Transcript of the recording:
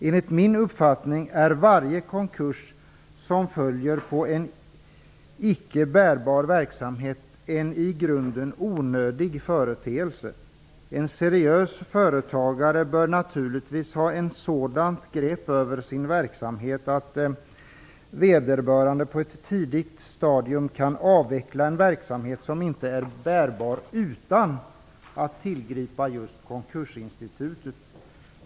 Enligt min uppfattning är varje konkurs som följer på en icke bärig verksamhet en i grunden onödig företeelse. En seriös företagare bör naturligtvis ha ett sådant grepp över sin verksamhet att vederbörande på ett tidigt stadium kan avveckla en verksamhet som inte är bärig utan att tillgripa just konkursinstitutet.